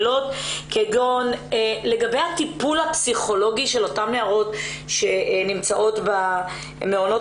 לגבי הטיפול הפסיכולוגי של אותן נערות שנמצאות במעונות